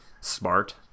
smart